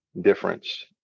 difference